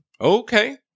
Okay